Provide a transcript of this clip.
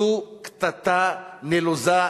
זו קטטה נלוזה,